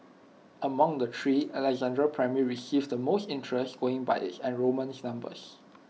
among the three Alexandra primary received the most interest going by its enrolment numbers